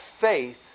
faith